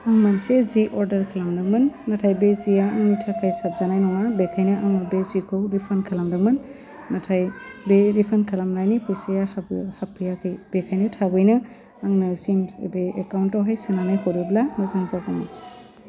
आं मोनसे जे अर्डार खालामदोंमोन नाथाय बे जेआ आंनि थाखाय साबजानाय नङा बेखायनो आङो बे जेखौ रिफान खालामदोंमोन नाथाय बे रिफान खालामनायनि फैसाया हाबबो हाबफैयाखै बेखायो थाबैनो आंनो सेंक बे एकाउन्टआवहाय सोनानै हरोब्ला मोजां जागौमोन